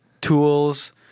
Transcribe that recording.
tools